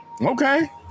okay